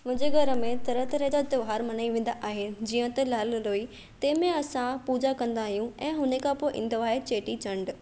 मुंहिंजे घर में तरह तरह जा त्योहार मनाई वेंदा आहिनि जीअं त लाल लोई तंहिंमें असां पूजा कंदा आहियूं ऐं उनखां पोइ ईंदो आहे चेटी चंडु